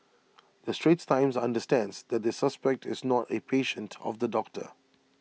the straits times understands that the suspect is not A patient of the doctor